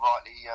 rightly